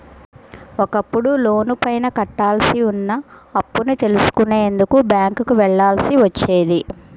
ఒకప్పుడు లోనుపైన కట్టాల్సి ఉన్న అప్పుని తెలుసుకునేందుకు బ్యేంకుకి వెళ్ళాల్సి వచ్చేది